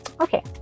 okay